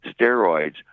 steroids